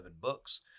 books